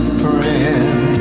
friend